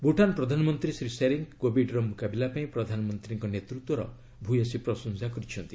ଭୁଟାନ୍ ପ୍ରଧାନମନ୍ତ୍ରୀ ଶ୍ରୀ ଶେରିଙ୍ଗ୍ କୋବିଡ୍ର ମୁକାବିଲା ପାଇଁ ପ୍ରଧାନମନ୍ତ୍ରୀଙ୍କ ନେତୃତ୍ୱର ପ୍ରଶଂସା କରିଛନ୍ତି